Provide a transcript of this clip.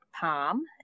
Palm